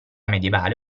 medievale